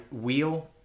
wheel